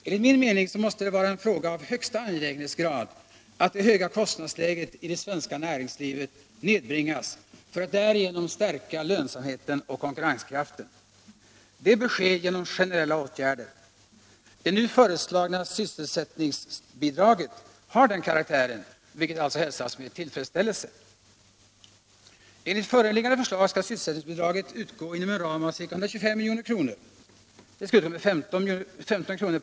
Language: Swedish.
Enligt min mening måste det vara en fråga av högsta angelägenhetsgrad att det höga kostnadsläget inom det svenska näringslivet nedbringas för att därigenom stärka lönsamheten och konkurrenskraften. Det bör ske genom generella åtgärder. Det nu föreslagna sysselsättningsbidraget har den karaktären, vilket alltså hälsas med tillfredsställelse. Enligt föreliggande förslag skall sysselsättningsbidraget utgå inom en ram av ca 125 milj.kr. Det skall utgå med 15 kr.